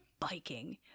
biking